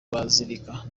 bazilika